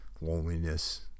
Loneliness